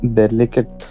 delicate